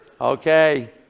okay